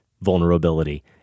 vulnerability